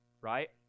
Right